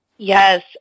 Yes